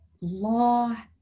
law